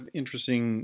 interesting